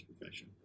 profession